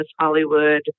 Hollywood